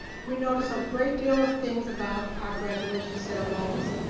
we notice a great deal of things about our graduation ceremonies.